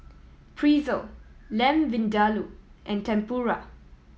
Pretzel Lamb Vindaloo and Tempura